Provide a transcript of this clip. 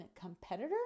competitor